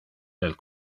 del